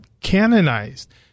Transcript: canonized